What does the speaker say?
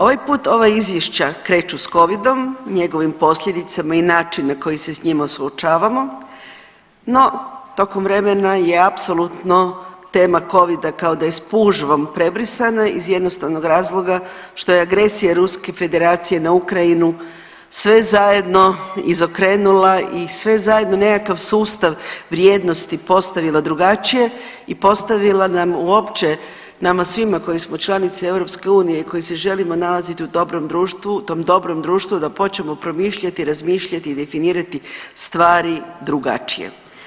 Ovaj put ova izvješću kreću s covidom, njegovim posljedicama i način na koji se s njim suočavamo, no tokom vremena je apsolutno tema covida kao da je spužvom prebrisana iz jednostavnog razloga što je agresija Ruske Federacije na Ukrajinu sve zajedno izokrenula i sve zajedno nekakav sustav vrijednosti postavila drugačije i postavila nam uopće nama svima koji smo članice EU i koji se želimo nalaziti u dobrom društvu, tom dobrom društvu da počnemo promišljati, razmišljati i definirati stvari drugačije.